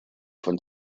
von